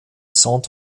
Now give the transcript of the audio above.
saint